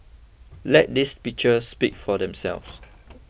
let these pictures speak for themselves